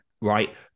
right